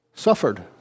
Suffered